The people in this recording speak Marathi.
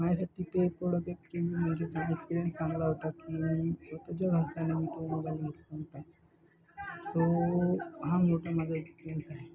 मायासाठी ते प्रोडक्ट म्हणजेचा एक्सपिरियन्स चांगला होता की स्वतः जो घालचा मी तो मोबाईल घेत सो हा मोठा माझा एक्सपिरियन्स आहे